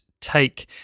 take